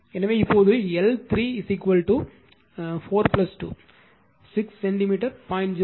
எனவே இப்போது L3 வெறும் 4 2 6 சென்டிமீட்டர் 0